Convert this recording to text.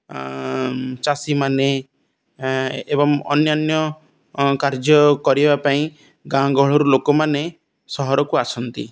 ଚାଷୀମାନେ ଏବଂ ଅନ୍ୟାନ୍ୟ କାର୍ଯ୍ୟ କରିବା ପାଇଁ ଗାଁ ଗହଳିରୁ ଲୋକମାନେ ସହରକୁ ଆସନ୍ତି